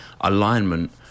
alignment